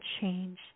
change